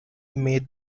made